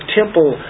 temple